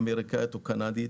אמריקאית או קנדית,